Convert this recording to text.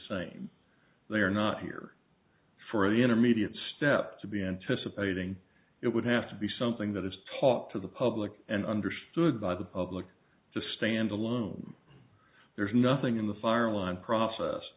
same they are not here for the intermediate step to be anticipating it would have to be something that is taught to the public and understood by the public to stand alone there's nothing in the fire line process